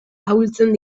ahultzen